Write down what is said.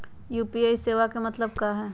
UPI सेवा के का मतलब है?